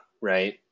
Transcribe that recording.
right